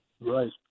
Right